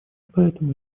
поэтому